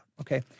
Okay